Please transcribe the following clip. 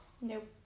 Nope